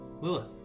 Lilith